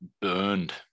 burned